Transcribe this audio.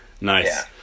Nice